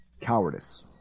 cowardice